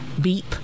beep